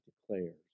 declares